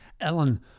Ellen